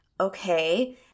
Okay